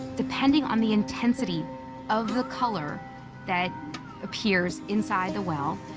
depending on the intensity of the color that appears inside the well,